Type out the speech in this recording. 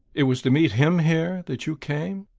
it was to meet him here that you came?